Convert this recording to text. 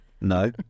No